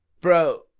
Bro